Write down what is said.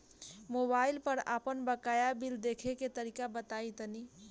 Mobile पर आपन बाकाया बिल देखे के तरीका बताईं तनि?